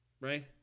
right